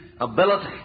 ability